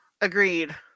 Agreed